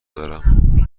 دارم